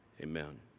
Amen